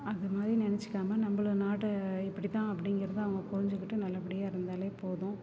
அது மாதிரி நினைச்சிக்காம நம்மள நாடு இப்படி தான் அப்படிங்கறது அவங்க புரிஞ்சுக்கிட்டு நல்லபடியாக இருந்தாலே போதும்